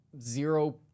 zero